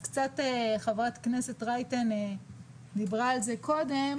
חברת הכנסת רייטן דיברה על זה קודם,